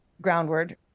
groundward